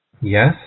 Yes